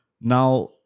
Now